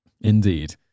Indeed